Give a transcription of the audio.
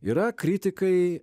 yra kritikai